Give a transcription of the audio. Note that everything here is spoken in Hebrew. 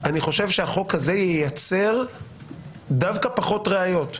חושב שהחוק הזה דווקא ייצר פחות ראיות.